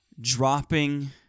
dropping